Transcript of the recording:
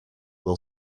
will